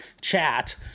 chat